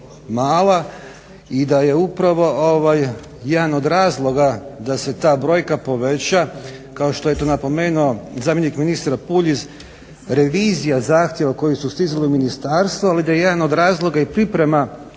mala i da je upravo ovo jedan od razloga da se ta brojka poveća kao što je to napomenuo zamjenik ministra Puljiz, revizija zahtjeva koji su stizali u ministarstvo ali da je jedan od razloga i priprema